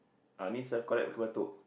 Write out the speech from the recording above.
ah ni self collect Bukit-Batok